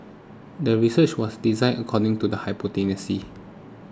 the research was designed according to the hypothesis